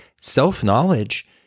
self-knowledge